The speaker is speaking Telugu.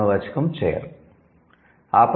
నామవాచకం 'చెయిర్'